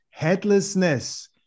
headlessness